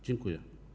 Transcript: Dziękuję.